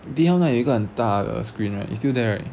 T hub 那里有一个很大的 screen right it's still there right